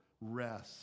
rest